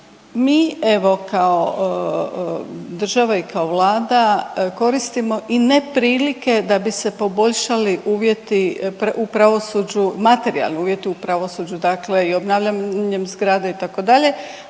mi evo kao država i kao Vlada koristimo i ne prilike da bi se poboljšali uvjeti u pravosuđu, materijalni uvjeti u pravosuđu, dakle i obnavljanjem zgrada itd.,